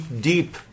deep